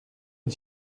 une